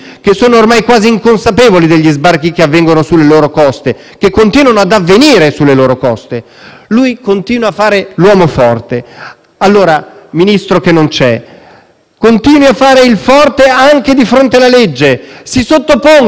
Lui continua a fare l'uomo forte. Allora, Ministro che non c'è, continui a fare il forte anche di fronte alla legge. Si sottoponga al giudizio dei magistrati. Vediamo se è realmente più forte anche della legge,